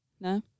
No